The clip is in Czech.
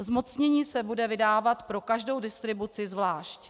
Zmocnění se bude vydávat pro každou distribuci zvlášť.